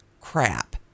crap